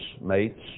mates